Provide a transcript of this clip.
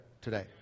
today